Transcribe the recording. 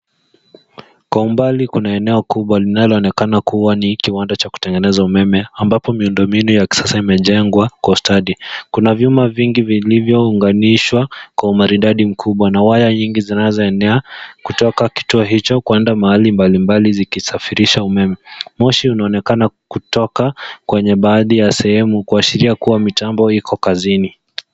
Kwa umbali kuna eneo kubwa linaloonekana kuwa ni kiwanda cha kutengeneza umeme, ambapo miundombinu ya kisasa imejengwa, kwa ustadi. Kuna vyuma vingi vilivyounganishwa, kwa umaridadi mkubwa, na waya nyingi zinazoenea, kutoka kituo hicho, kwenda mahali mbali mbali zikisafirisha umeme. Moshi unaonekana kutoka, kwenye baadhi ya sehemu kuashiria kuwa mitambo iko kazini.